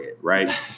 right